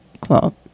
cloth